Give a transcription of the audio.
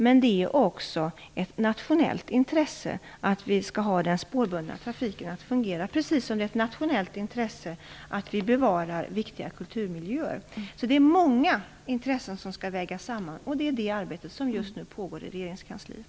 Men det är också ett nationellt intresse att den spårbundna trafiken fungerar, precis som det är ett nationellt intresse att viktiga kulturmiljöer bevaras. Det är många intressen som skall vägas samman. Detta arbete pågår just nu i regeringskansliet.